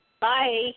Bye